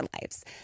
lives